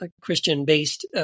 Christian-based